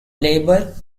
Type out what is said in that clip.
labor